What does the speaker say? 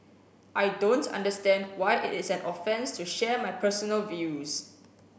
I don't understand why it is an offence to share my personal views